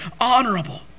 Honorable